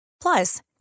Plus